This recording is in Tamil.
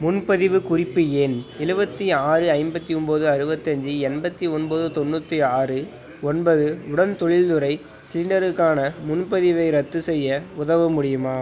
முன்பதிவுக் குறிப்பு எண் எழுவத்தி ஆறு ஐம்பத்தி ஒம்பது அறுபத்தி அஞ்சு எண்பத்தி ஒன்பது தொண்ணூற்றி ஆறு ஒன்பது உடன் தொழில்துறை சிலிண்டருக்கான முன்பதிவை ரத்து செய்ய உதவ முடியுமா